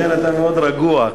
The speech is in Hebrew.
לכן אתה מאוד רגוע.